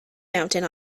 mountain